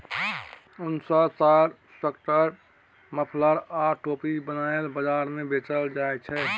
उन सँ साल, स्वेटर, मफलर आ टोपी बनाए बजार मे बेचल जाइ छै